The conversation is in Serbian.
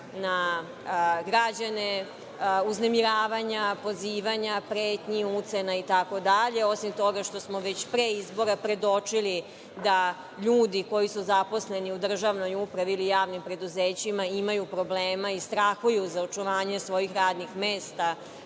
na građane, uznemiravanja, pozivanja, pretnji, ucena itd, osim toga što smo već pre izbora predočili da ljudi koji su zaposleni u državnoj upravi ili javnim preduzećima imaju problema i strahuju za očuvanje svojih radnih mesta,